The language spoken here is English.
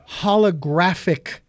holographic